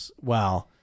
Wow